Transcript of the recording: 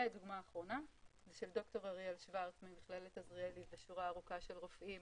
דוגמה אחרונה של ד"ר אריאל שוורץ ממכללת עזריאלי ושורה ארוכה של רופאים